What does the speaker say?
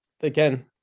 again